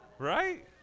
Right